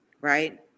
right